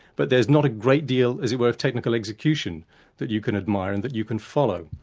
but there's not a great deal as it were, technical execution that you can admire and that you can follow.